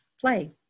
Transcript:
play